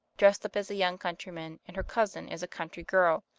dressed up as a young countryman, and her cousin as a country girl,